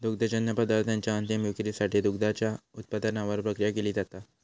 दुग्धजन्य पदार्थांच्या अंतीम विक्रीसाठी दुधाच्या उत्पादनावर प्रक्रिया केली जाता